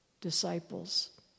disciples